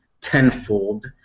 tenfold